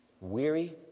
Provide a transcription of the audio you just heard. Weary